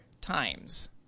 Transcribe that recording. times